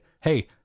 hey